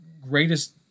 greatest